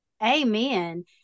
Amen